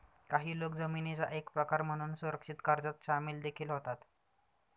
काही लोक जामीनाचा एक प्रकार म्हणून सुरक्षित कर्जात सामील देखील होतात